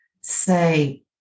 say